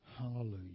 Hallelujah